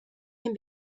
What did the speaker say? can